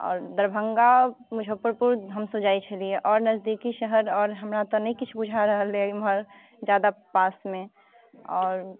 आओर दरभङ्गा मुजफ्फरपुर हम सभ जाइत छलियै आओर नजदीकी शहर आओर हमरा तऽ नहि किछु बुझा रहल अछि एम्हर जादा पासमे आओर